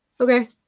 Okay